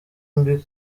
mbi